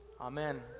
Amen